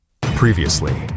Previously